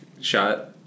shot